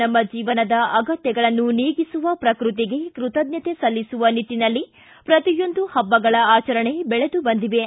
ನಮ್ಮ ಜೀವನದ ಅಗತ್ಯಗಳನ್ನು ನೀಗಿಸುವ ಪ್ರಕೃತಿಗೆ ಕೃತಜ್ಞತೆ ಸಲ್ಲಿಸುವ ನಿಟ್ಟನಲ್ಲಿ ಪ್ರತಿಯೊಂದು ಪಬ್ಲಗಳ ಆಚರಣೆ ಬೆಳದು ಬಂದಿವೆ